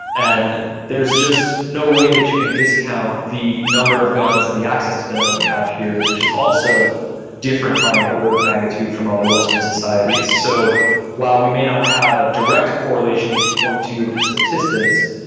and there's just no way that you can discount the number of guns and the access to them that we have here, which is also different by an order of magnitude from other western societies. so while we may not have a direct correlation we can point to in statistics,